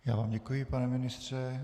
Já vám děkuji, pane ministře.